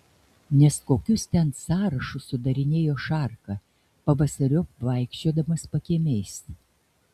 nes kokius ten sąrašus sudarinėjo šarka pavasariop vaikščiodamas pakiemiais